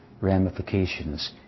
ramifications